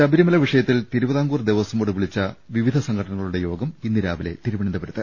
ശബരിമല വിഷയത്തിൽ തിരുവിതാംകൂർ ദേവസം ബോർഡ് വിളിച്ച വിവിധ സംഘടനകളുട്ടെ യോഗം ഇന്ന് രാവിലെ തിരുവന്തപുരത്ത്